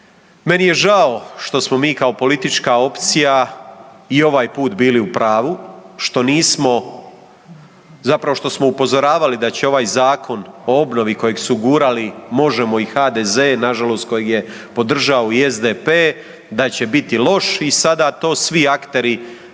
Meni je žao što smo mi kao politička opcija i ovaj put bili u pravu što nismo, zapravo što smo upozoravali da će ovaj Zakon o obnovi kojeg su gurali Možemo! i HDZ, nažalost kojeg je podržao i SDP da će biti loš i sada to svi akteri